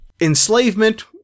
Enslavement